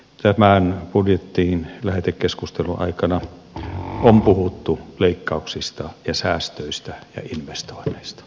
tämän budjetin lähetekeskustelun aikana on puhuttu leikkauksista säästöistä investoinneista ja velasta